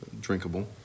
Drinkable